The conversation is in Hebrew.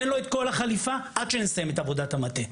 תן לו את כל החליפה עד שנסיים את עבודת המטה.